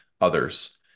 others